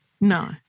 No